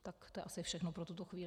To je asi všechno pro tuto chvíli.